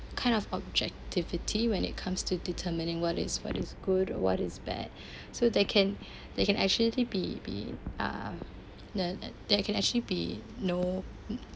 kind of objectivity when it comes to determining what is what is good or what is bad so they can they can actually be be uh ne~ that can actually be no